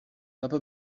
papa